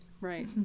Right